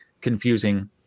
confusing